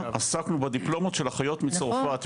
עסקנו בדיפלומות של אחיות מצרפת,